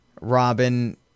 Robin